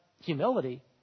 humility